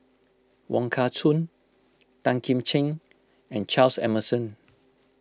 Wong Kah Chun Tan Kim Ching and Charles Emmerson